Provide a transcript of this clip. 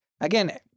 again